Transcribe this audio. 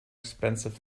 expensive